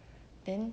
then